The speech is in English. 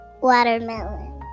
Watermelon